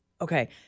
Okay